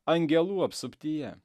angelų apsuptyje